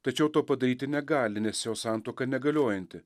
tačiau to padaryti negali nes jos santuoka negaliojanti